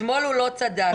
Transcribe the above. אתמול הוא לא צדק.